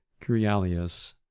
curialius